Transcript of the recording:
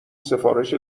سفارش